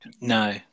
No